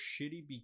shitty